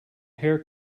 hair